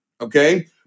okay